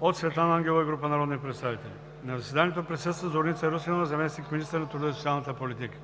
от Светлана Ангелова и група народни представители. На заседанието присъстваха Зорница Русинова, заместник министър на труда и социалната политика,